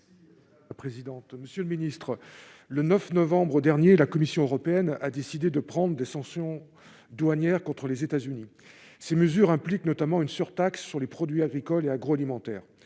l'alimentation. La présidente, monsieur le ministre, le 9 novembre dernier la Commission européenne a décidé de prendre des sanctions douanières contre les États-Unis, ces mesures impliquent notamment une surtaxe sur les produits agricoles et agroalimentaires,